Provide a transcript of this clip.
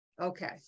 Okay